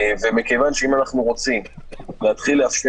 ומכיוון שאם אנחנו רוצים להתחיל לאפשר